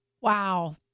Wow